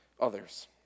others